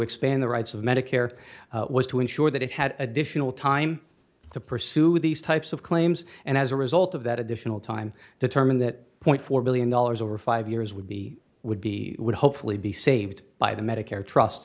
expand the rights of medicare was to ensure that it had additional time to pursue these types of claims and as a result of that additional time determined that point four billion dollars over five years would be would be would hopefully be saved by the medicare